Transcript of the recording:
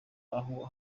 aha